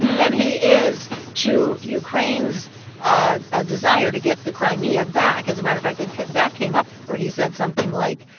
than he is to ukraine's ah ah desire to get the crimea back. as a matter of fact, that that came up where he said something like,